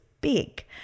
big